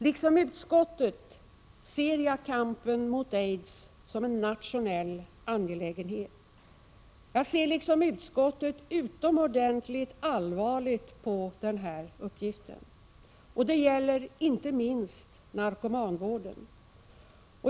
Liksom utskottet ser jag kampen mot aids som en nationell angelägenhet. Jag ser liksom utskottet utomordentligt allvarligt på denna uppgift. Det gäller inte minst narkomanvården.